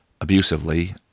abusively